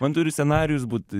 man turi scenarijus būt